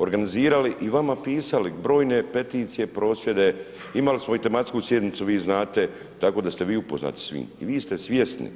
Organizirali i vama pisali brojne peticije, prosvjede imali smo i tematsku sjednicu, vi znate tako da ste vi upoznati, vi ste svjesni